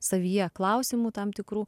savyje klausimų tam tikrų